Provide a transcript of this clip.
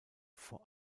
vor